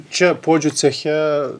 čia puodžių ceche